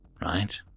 right